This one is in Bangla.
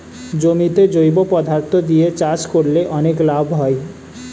জমিতে জৈব পদার্থ দিয়ে চাষ করলে অনেক লাভ হয়